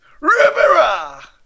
Rivera